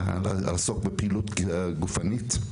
לעסוק בפעילות גופנית,